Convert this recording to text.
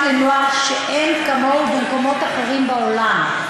לנוער שאין כמוהו במקומות אחרים בעולם.